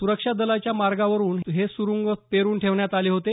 सुरक्षा दलाच्या मार्गावर हे सुरुंग पेरून ठेवण्यात आले होते